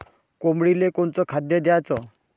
कोंबडीले कोनच खाद्य द्याच?